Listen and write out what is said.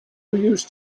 used